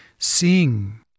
Sing